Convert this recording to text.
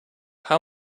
how